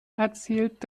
erzählt